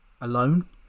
alone